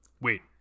Wait